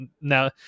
now